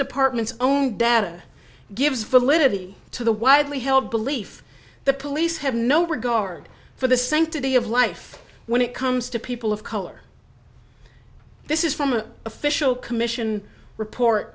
department's own data gives validity to the widely held belief the police have no regard for the sanctity of life when it comes to people of color this is from an official commission report